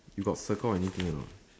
you got circle anything or not